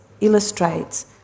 illustrates